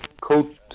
coat